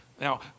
Now